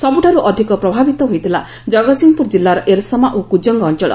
ସବୁଠାରୁ ଅଧିକ ପ୍ରଭାବିତ ହୋଇଥିଲା ଜଗତ୍ସିଂହପୁର ଜିଲ୍ଲାର ଏରସମା ଓ କୁଜଙ୍ଙ ଅଞ୍ଞଳ